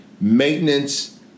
maintenance